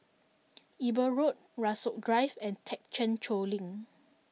Eber Road Rasok Drive and Thekchen Choling